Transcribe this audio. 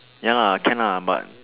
ya lah can lah but